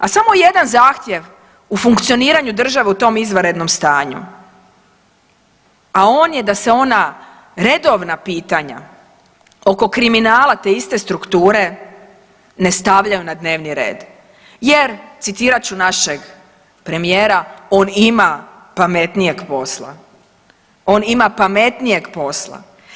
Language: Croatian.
A samo je jedan zahtjev u funkcioniranju države u tom izvanrednom stanju, a on je da se ona redovna pitanja oko kriminala te iste strukture ne stavljaju na dnevni red jer citirat ću našeg premijera, on ima pametnijeg posla, on ima pametnijeg posla.